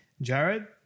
Jared